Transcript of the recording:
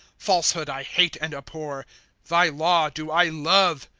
falsehood i hate and abhor thy law do i love.